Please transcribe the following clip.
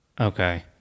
Okay